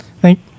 Thank